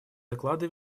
доклада